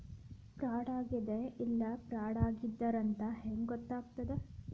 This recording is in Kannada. ಫ್ರಾಡಾಗೆದ ಇಲ್ಲ ಫ್ರಾಡಿದ್ದಾರಂತ್ ಹೆಂಗ್ ಗೊತ್ತಗ್ತದ?